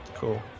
cool